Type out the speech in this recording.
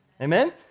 Amen